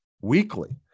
weekly